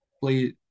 play